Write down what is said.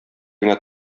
генә